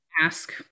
Ask